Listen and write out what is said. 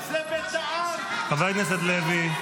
--- חבר הכנסת לוי.